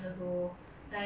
if you make